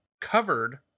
covered